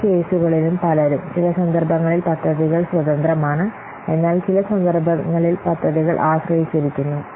പല കേസുകളിലും പലരും ചില സന്ദർഭങ്ങളിൽ പദ്ധതികൾ സ്വതന്ത്രമാണ് എന്നാൽ ചില സന്ദർഭങ്ങളിൽ പദ്ധതികൾ ആശ്രയിച്ചിരിക്കുന്നു